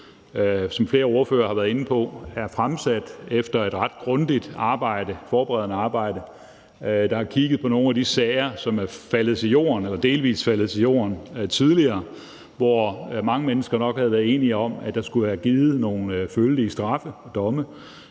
som flere ordførere har været inde på, er fremsat efter et ret grundigt forberedende arbejde. Der er kigget på nogle af de sager, som er faldet til jorden eller delvis faldet til jorden tidligere, hvor mange mennesker nok havde været enige om at der skulle have været givet nogle følelige straffe og domme,